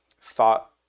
thought